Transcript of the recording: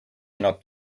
not